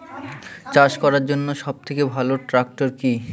চাষ করার জন্য সবথেকে ভালো ট্র্যাক্টর কি?